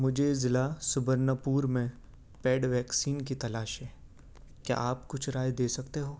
مجھے ضلع سبرن پور میں پیڈ ویکسین کی تلاش ہے کیا آپ کچھ رائے دے سکتے ہو